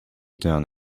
done